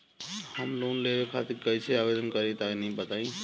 हम लोन लेवे खातिर कइसे आवेदन करी तनि बताईं?